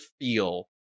feel